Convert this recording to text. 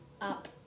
up